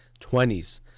20s